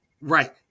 Right